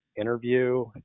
interview